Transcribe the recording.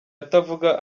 atavuga